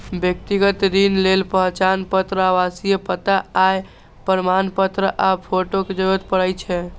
व्यक्तिगत ऋण लेल पहचान पत्र, आवासीय पता, आय प्रमाणपत्र आ फोटो के जरूरत पड़ै छै